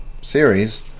series